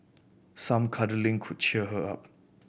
some cuddling could cheer her up